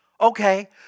Okay